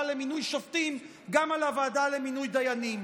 למינוי שופטים גם על הוועדה למינוי דיינים.